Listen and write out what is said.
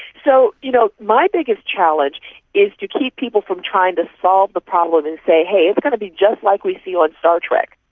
so you know my biggest challenge is to keep people from trying to solve the problem and say, hey, it's going to be just like we see like star trek.